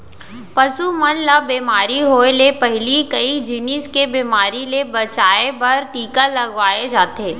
पसु मन ल बेमारी होय ले पहिली कई जिनिस के बेमारी ले बचाए बर टीका लगवाए जाथे